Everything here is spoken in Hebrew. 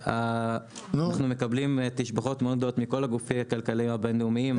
אנחנו מקבלים תשבחות מאוד גדולות מכל הגופים הכלכליים הבין-לאומיים,